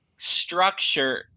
Structure